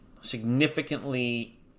significantly